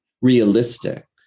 realistic